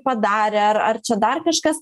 padarė ar ar čia dar kažkas